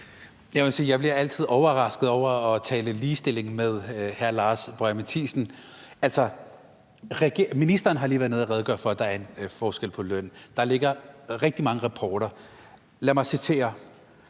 bliver overrasket over at tale ligestilling med hr. Lars Boje Mathiesen. Altså, ministeren har lige været oppe at redegøre for, at der er en forskel på lønnen, og der ligger rigtig mange rapporter. Lad mig citere,